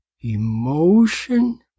Emotion